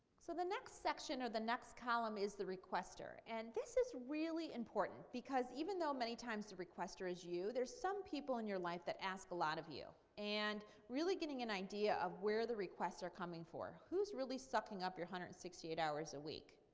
so the next section or the next column is the requester. and this is really important because even though many times the requester is you, there's some people in your life that ask a lot of you. and really getting an idea of where the requests are coming for, who's really sucking up your one hundred and sixty eight hours a week.